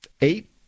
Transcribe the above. eight